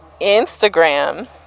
instagram